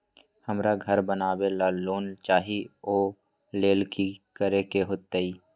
हमरा घर बनाबे ला लोन चाहि ओ लेल की की करे के होतई?